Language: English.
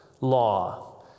law